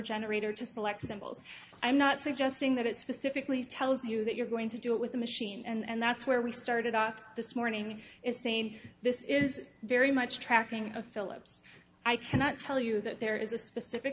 generator to select symbols i'm not suggesting that it specifically tells you that you're going to do it with a machine and that's where we started off this morning is same this is very much tracking a philips i cannot tell you that there is a specific